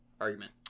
argument